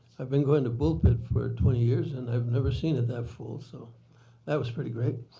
i've been going to bull pit for twenty years and i've never seen it that full so that was pretty great.